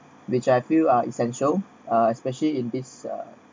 which I feel uh essential uh especially in this uh